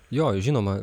jo žinoma